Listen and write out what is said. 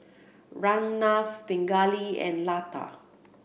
Ramnath Pingali and Lata